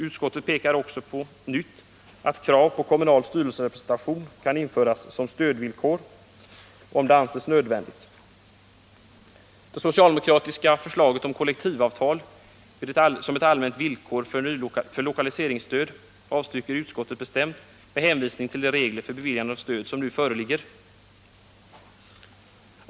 Utskottet påpekar på nytt att krav på kommunal styrelserepresentation kan införas som stödvillkor om det anses nödvändigt. Det socialdemokratiska förslaget om kollektivavtal som ett allmänt villkor för lokaliseringsstöd avstyrker utskottet bestämt med hänvisning till de regler för beviljande av stöd som nu föreligger.